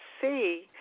see